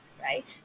right